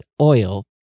oil